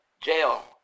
jail